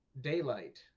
daylight